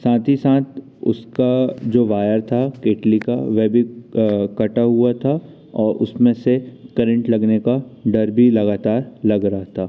साथ ही साथ उसका जो वायर था केतली का वह भी कटा हुआ था और उसमें से करेंट लगने का डर भी लगातार लग रहा था